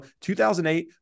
2008